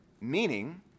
meaning